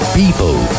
people